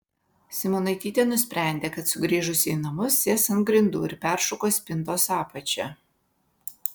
simonaitytė nusprendė kad sugrįžusi į namus sės ant grindų ir peršukuos spintos apačią